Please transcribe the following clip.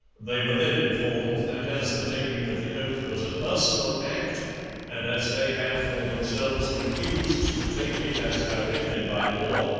they were then informed that as the taking of the oath was a personal act and as they had for themselves refused to take it as directed by law,